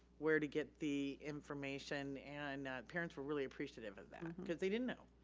where to get the information and parents were really appreciative of that because they didn't know.